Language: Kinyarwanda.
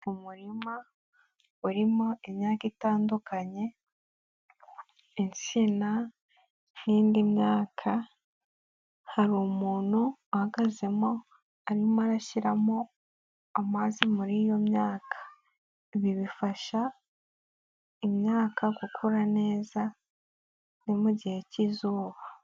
Umurima urimo imyaka itandukanye insina n'indi myaka, hari umunyu uhagaze arimo arashyiramo amazi muri iyo myaka, ibi bifasha imyaka gukura neza ni mu gihe k'izuba,